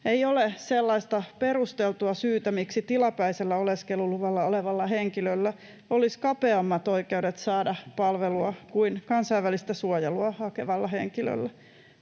Ei ole sellaista perusteltua syytä, miksi tilapäisellä oleskeluluvalla olevalla henkilöllä olisi kapeammat oikeudet saada palvelua kuin kansainvälistä suojelua hakevalla henkilöllä.